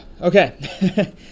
Okay